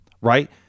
Right